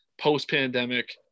post-pandemic